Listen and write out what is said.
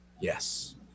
yes